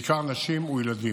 בעיקר של נשים וילדים,